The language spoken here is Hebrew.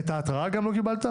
גם את ההתראה לא קיבלת?